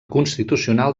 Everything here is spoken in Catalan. constitucional